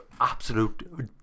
Absolute